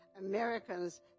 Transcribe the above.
Americans